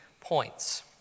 points